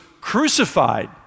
crucified